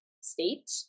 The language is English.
state